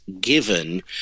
given